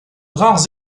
rares